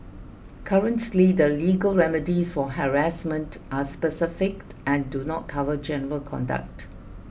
currently the legal remedies for harassment are specific and do not cover general conduct